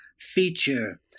feature